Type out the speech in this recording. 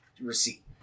receipt